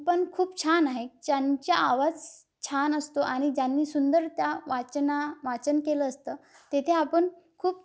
पण खूप छान आहे ज्यांचा आवाज छान असतो आणि ज्यांनी सुंदर त्या वाचना वाचन केलं असतं तेथे आपण खूप